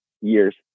years